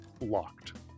locked